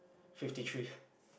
fifty three